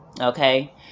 Okay